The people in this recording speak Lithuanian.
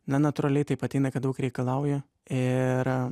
na natūraliai taip ateina kad daug reikalauja ir